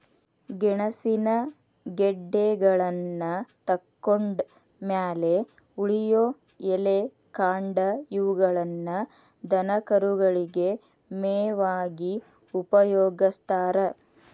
ಗೆಣಸಿನ ಗೆಡ್ಡೆಗಳನ್ನತಕ್ಕೊಂಡ್ ಮ್ಯಾಲೆ ಉಳಿಯೋ ಎಲೆ, ಕಾಂಡ ಇವುಗಳನ್ನ ದನಕರುಗಳಿಗೆ ಮೇವಾಗಿ ಉಪಯೋಗಸ್ತಾರ